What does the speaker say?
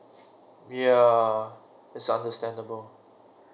yeah it's understandable